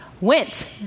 went